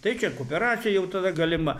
tai čia kooperacija jau tada galima